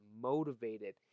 motivated